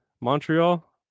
Montreal